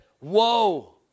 Woe